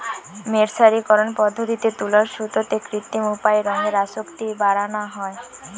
মের্সারিকরন পদ্ধতিতে তুলোর সুতোতে কৃত্রিম উপায়ে রঙের আসক্তি বাড়ানা হয়